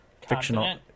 fictional